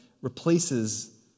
replaces